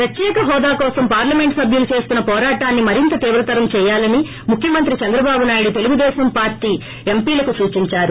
ప్రత్యేక హోదా కోసం పార్లమెంట్ సభ్యులు చేస్తున్న పోరాటాన్ని మరింత తీవ్రతరం చేయాలని ముఖ్యమంత్రి చంద్రబాబునాయుడు తెలుగుదేశం పార్టీ ఎంపీలకు సూచించారు